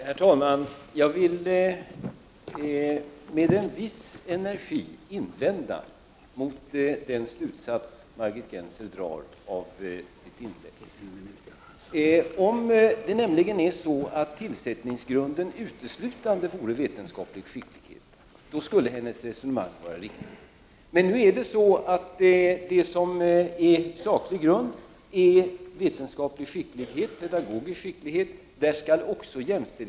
Herr talman! Jag vill med en viss energi invända mot den slutsats som Margit Gennser drar i sitt inlägg. Om tillsättningsgrunden uteslutande vore vetenskaplig skicklighet, skulle hennes resonemang vara riktigt. Men i begreppet saklig grund ingår förutom vetenskaplig skicklighet och pedagogisk skicklighet även jämställdhetsaspekten.